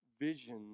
vision